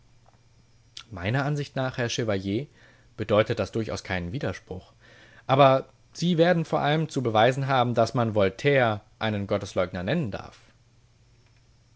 meiner ansicht nach herr chevalier bedeutet das durchaus keinen widerspruch aber sie werden vor allem zu beweisen haben daß man voltaire einen gottesleugner nennen darf